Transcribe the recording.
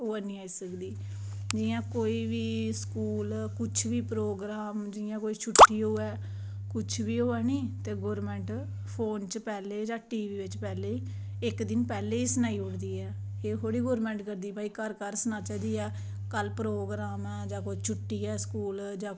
ओह् ऐनी आई सकदी जियां कोई बी स्कूल कुछ बी प्रोग्राम जियां कोई छुट्टी होऐ कुछ बी होऐ नी ते गौरमेंट फोनै बिच पैह्लें जां टीवी बिच पैह्लें ते इक्क दिन पैह्लें गै सनाई ओड़दी ऐ नेईं तां केह्ड़ी गौरमेंट करदी की भई घर घर जाइयै सनाचै कल्ल प्रोग्राम ऐ जां कल्ल छुट्टी ऐ